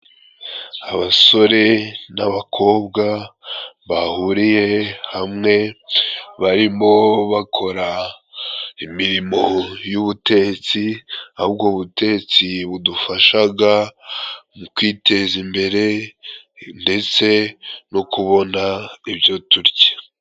Abasore n'abakobwa bahuriye hamwe barimo bakora imirimo y'ubutetsi. Aho ubwo butetsi budufashaga mu kwiteza imbere, ndetse no kubona ibyo turya.